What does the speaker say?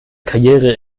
karriere